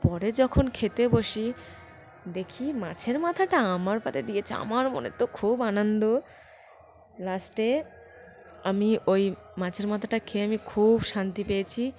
পরে যখন খেতে বসি দেখি মাছের মাথাটা আমার পাতে দিয়েছে আমার মনে তো খুব আনন্দ লাস্টে আমি ওই মাছের মাথাটা খেয়ে আমি খুব শান্তি পেয়েছি